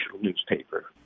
newspaper